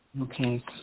Okay